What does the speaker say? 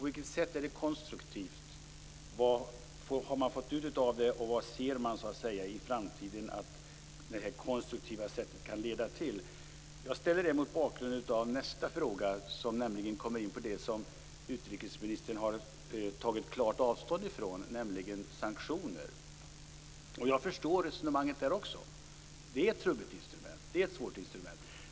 Hur är det konstruktivt? Vad har man fått ut av det? Vad kan det konstruktiva sättet leda till i framtiden? Dessa frågor ligger till grund för min nästa fråga där jag kommer in på det som utrikesministern klart har tagit avstånd ifrån, nämligen sanktioner. Jag förstår det resonemanget. Sanktioner är ett trubbigt instrument.